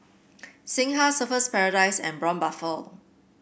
Singha Surfer's Paradise and Braun Buffel